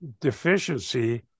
deficiency